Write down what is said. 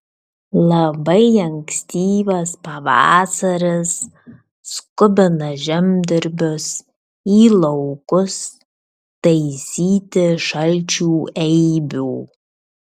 labai ankstyvas pavasaris skubina žemdirbius į laukus taisyti šalčių eibių